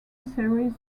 series